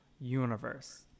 universe